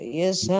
yes